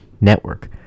Network